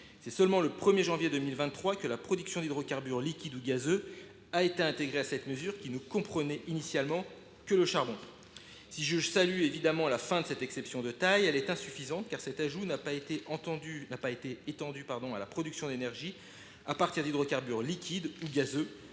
C’est seulement le 1 janvier 2023 que la production d’hydrocarbures liquides ou gazeux a été intégrée à cette mesure, qui ne comprenait initialement que le charbon. Si je salue la fin de cette exception de taille, elle reste insuffisante, car cet ajout n’a pas été étendu à la production d’énergie à partir d’hydrocarbures liquides ou gazeux.